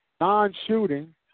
Non-shooting